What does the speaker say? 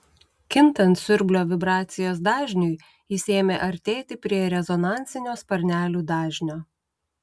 kintant siurblio vibracijos dažniui jis ėmė artėti prie rezonansinio sparnelių dažnio